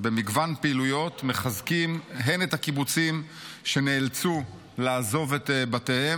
במגוון פעילויות הן את הקיבוצים שנאלצו לעזוב את בתיהם